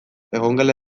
egongela